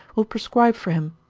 will prescribe for him.